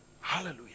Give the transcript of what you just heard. Hallelujah